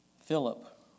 Philip